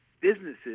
businesses